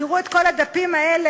תראו את כל הדפים האלה,